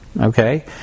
Okay